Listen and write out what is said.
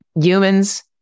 Humans